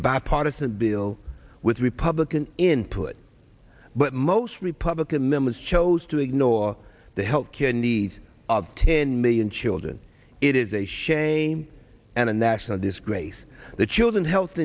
bipartisan bill with republican input but most republican members chose to ignore the health care needs of ten million children it is a shame and a national disgrace that children's health